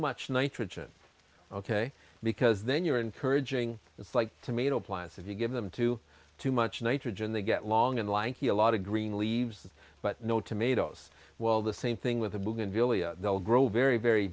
much nitrogen ok because then you're encouraging it's like tomato plants if you give them too too much nitrogen they get long and lanky a lot of green leaves but no tomatoes well the same thing with the moon and they'll grow very very